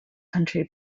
country